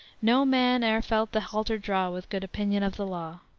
no man e'er felt the halter draw with good opinion of the law.